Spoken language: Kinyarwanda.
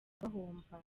bahomba